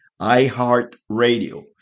iHeartRadio